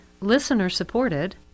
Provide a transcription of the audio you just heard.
listener-supported